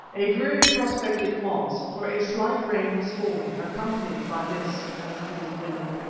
a dreary prospect it was, for a slight rain was falling, accompanied by mist and a cold wind.